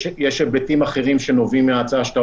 יש היבטים אחרים שנובעים מההצעה שאתה